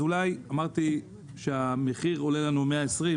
אז אולי המחיר עולה לנו 120,